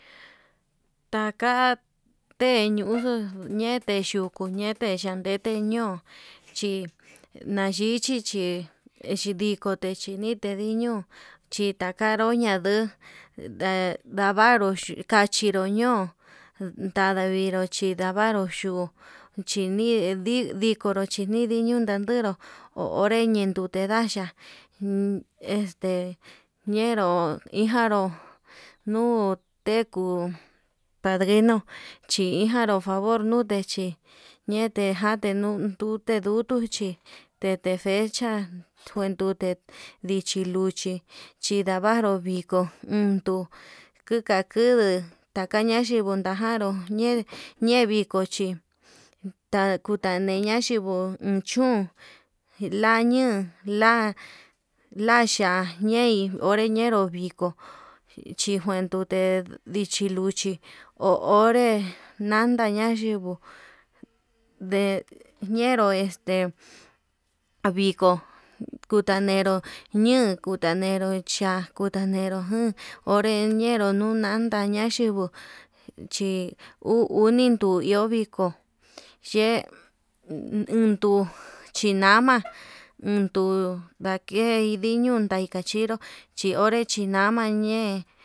Teka teñuxu ñete xhuku ñete xhandete ño'o chi nayichi chí, chidikote ñitede tediño chitakaroña nduu ndavru kachinro ño'o, tadaviru chidavaru yuku chiñii did dikoro chinii ndichindu ñadero ho onre denunte yaxhia este ñenro ijanru, nuu teku padrino chi ijanru favor ñute chí chete jante nuu dute tuchi dedefecha kuen dute dichi lucho chindavaru iko uun tuu kuka kunduu, takaña xhinguu takanro ñeñe viko chí ta takuteneña yinguo chún laña'a la xhia le'i ñenero viko chi njuen ndute lichi luchi, ho onre nanda na'a yinguo nde ñenro este viko kutañenro ñeu kuta ñenro nducha kutañero chá kutañenro, onre ñenru nunantaña ñaxhinguo chi ore ñuden ñuu iho viko yee induu chi nama ndu ndaikei niño kachiro chi onre chiñama ñe'e.